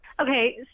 Okay